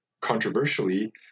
controversially